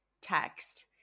text